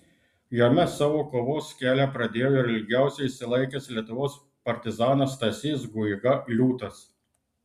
jame savo kovos kelią pradėjo ir ilgiausiai išsilaikęs lietuvos partizanas stasys guiga liūtas